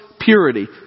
purity